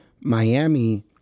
Miami